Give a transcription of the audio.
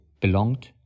belonged